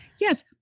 yes